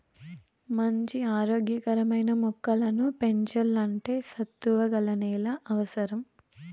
మంచి ఆరోగ్య కరమైన మొక్కలను పెంచల్లంటే సత్తువ గల నేల అవసరం